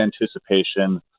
anticipation